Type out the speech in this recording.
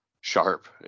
sharp